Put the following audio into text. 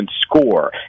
score